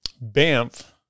Banff